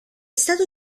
stata